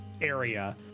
area